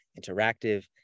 interactive